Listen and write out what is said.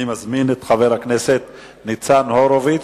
אני מזמין את חבר הכנסת ניצן הורוביץ.